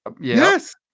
yes